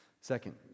Second